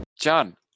John